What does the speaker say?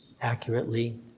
accurately